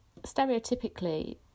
stereotypically